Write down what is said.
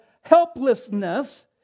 helplessness